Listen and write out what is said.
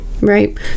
Right